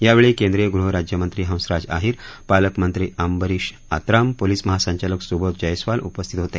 यावेळी केंद्रीय गृहराज्यमंत्री हंसराज अहिर पालकमंत्री अंबरीष आत्राम पोलीस महासंचालक सुबोध जयस्वाल उपस्थित होते